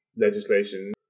legislation